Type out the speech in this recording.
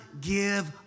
give